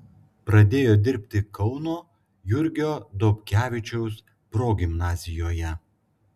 pradėjo dirbti kauno jurgio dobkevičiaus progimnazijoje